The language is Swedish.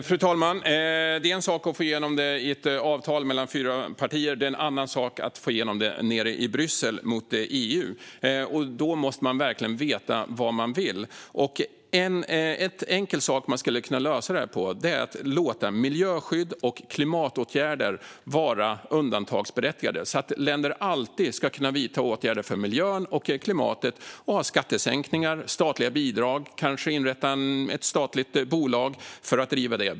Fru talman! Det är en sak att få igenom det i ett avtal mellan fyra partier. Det är en annan sak att få igenom det nere i Bryssel mot EU. Då måste man verkligen veta vad man vill. Ett enkelt sätt att kunna lösa det här på är att låta miljöskydd och klimatåtgärder vara undantagsberättigade, så att länder alltid ska kunna vidta åtgärder för miljön och klimatet, som skattesänkningar och statliga bidrag och kanske inrättande av ett statligt bolag för att driva detta.